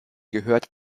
gehört